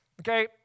Okay